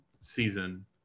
season